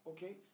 Okay